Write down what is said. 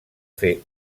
fer